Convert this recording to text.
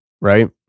right